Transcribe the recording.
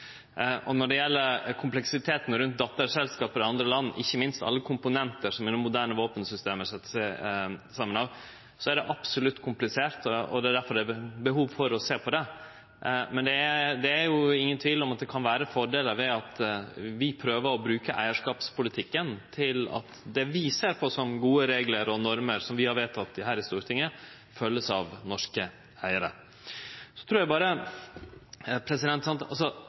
poenget. Når det gjeld kompleksiteten rundt dotterselskap i andre land, ikkje minst alle komponentar moderne våpensystem er sette saman av, er det absolutt komplisert. Det er difor det er behov for å sjå på det. Men det er jo ingen tvil om at det kan vere fordelar ved at vi prøver å bruke eigarskapspolitikken til at det vi ser på som gode reglar og normer, som vi har vedteke her i Stortinget, vert følgde av norske eigarar. Våpen er